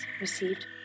received